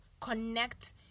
connect